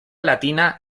latina